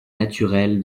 naturel